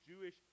Jewish